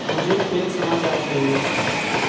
मुझे खेल समाचार चाहिए